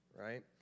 right